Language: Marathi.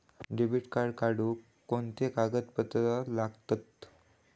डेबिट कार्ड काढुक कोणते कागदपत्र लागतत?